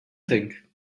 think